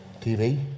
TV